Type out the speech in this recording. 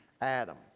Adam